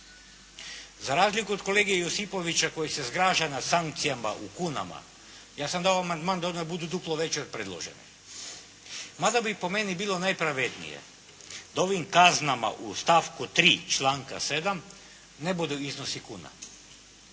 Za razliku od kolege Josipovića koji se zgraža nad sankcijama u kunama, ja sam dao amandman da odmah budu duplo veće od predložene. Mada bi, po meni, bilo najpravednije da ovim kaznama u stavku 3. članka 7. ne budu iznosi kuna,